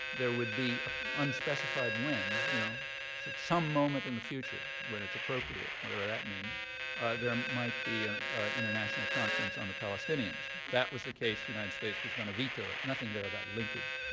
there would be ah unspecified when, you know so some moment in the future, when it's appropriate, whatever that means there um might be an international conference on the palestinians. if that was the case, the united states was going to veto it. nothing there about linkage.